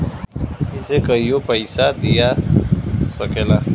इसे कहियों पइसा दिया सकला